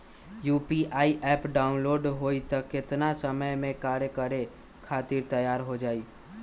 UPI app download होई त कितना समय मे कार्य करे खातीर तैयार हो जाई?